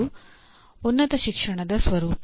ಅದು ಉನ್ನತ ಶಿಕ್ಷಣದ ಸ್ವರೂಪ